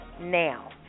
Now